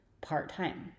part-time